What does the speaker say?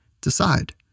decide